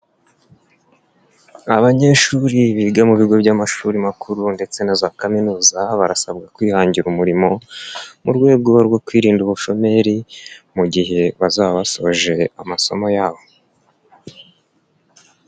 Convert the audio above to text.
Abanyeshuri biga mu bigo by'amashuri makuru ndetse na za kaminuza, barasabwa kwihangira umurimo mu rwego rwo kwirinda ubushomeri mu gihe bazaba basoje amasomo yabo.